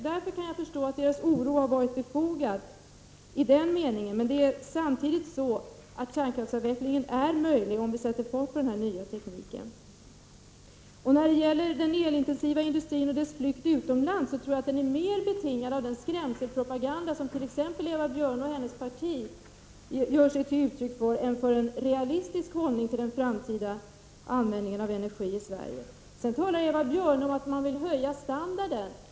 Därför kan jag inse att deras oro har varit befogad i denna mening. Men det är samtidigt så att kärnkraftsavvecklingen är möjlig, om vi sätter fart på den nya tekniken. När det gäller den elintensiva industrin och dess flykt utomlands tror jag att den flykten är betingad av den skrämselpropaganda som t.ex. Eva Björne och hennes parti gör sig till tolk för mer än för den realistiska hållning till den framtida användningen av energi i Sverige. Sedan talar Eva Björne om att man vill höja standarden.